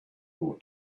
more